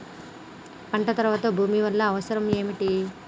పంట తర్వాత భూమి వల్ల అవసరం ఏమిటి?